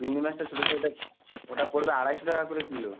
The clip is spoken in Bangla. চিংড়ি মাছটা ছোটো সাইজটা ওটা পড়বে আড়াইশো টাকা করে কিলো